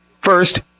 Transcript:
First